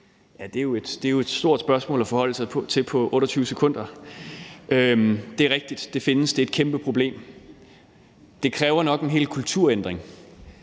Det er jo et stort spørgsmål at forholde sig til på 28 sekunder. Det er rigtigt, at det findes, og at det er et kæmpeproblem. Det kræver nok en hel kulturændring.